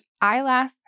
Eyelash